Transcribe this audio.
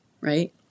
right